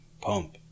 Pump